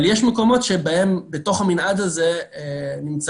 אבל יש מקומות שבתוך המנעד הזה נמצאים